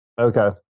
okay